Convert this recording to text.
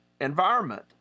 environment